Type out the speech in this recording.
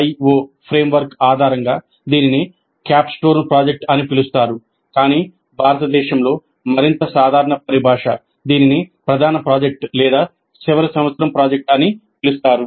CDIO framework సాధారణంగా దీనిని capstone project అని పిలుస్తారు కాని భారతదేశంలో మరింత సాధారణ పరిభాష దీనిని ప్రధాన ప్రాజెక్ట్ లేదా చివరి సంవత్సరం ప్రాజెక్ట్ అని పిలుస్తారు